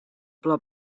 pla